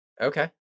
Okay